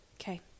Okay